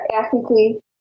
ethnically